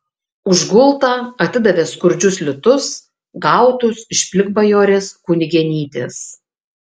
už gultą atidavė skurdžius litus gautus iš plikbajorės kunigėnytės